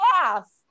class